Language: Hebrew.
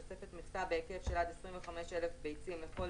תוספת מכסה בהיקף של עד 25,000 ביצים לכל